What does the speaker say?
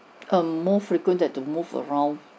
err more frequent that to move around